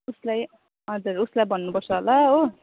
उसलाई हजुर उसलाई भन्नुपर्छ होला हो